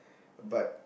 but